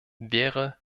wäre